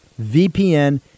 VPN